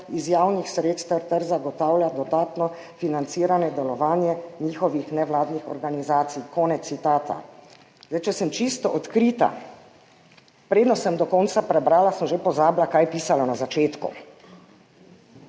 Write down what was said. iz javnih sredstev ter zagotavlja dodatno financiranje delovanja njihovih nevladnih organizacij?« Konec citata. Če sem čisto odkrita, preden sem do konca prebrala, sem že pozabila, kaj je pisalo na začetku.